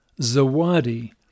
Zawadi